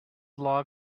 log